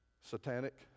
satanic